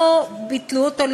לא ביטלו אותו,